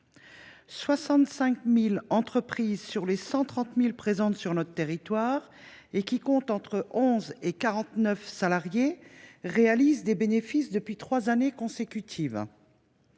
65 000 entreprises, sur les 130 000 présentes sur notre territoire qui comptent entre 11 et 49 salariés, réalisent un bénéfice depuis trois années consécutives.